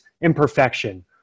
imperfection